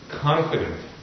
confident